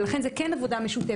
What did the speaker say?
ולכן זאת כן עבודה משותפת,